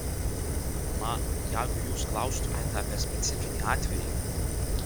na jeigu jūs klaustumėte apie specifinį atvejį